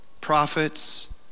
prophets